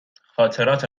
خاطرات